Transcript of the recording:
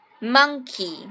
monkey